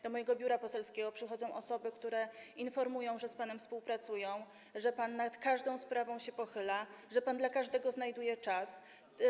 Do mojego biura poselskiego przychodzą osoby, które informują, że z panem współpracują, że pan nad każdą sprawą się pochyla i dla każdego znajduje czas.